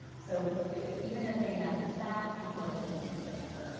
so yeah even as they message that, people are tuning into it, amber.